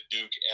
Duke